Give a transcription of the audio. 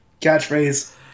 catchphrase